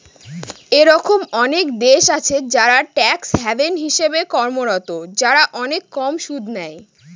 এরকম অনেক দেশ আছে যারা ট্যাক্স হ্যাভেন হিসেবে কর্মরত, যারা অনেক কম সুদ নেয়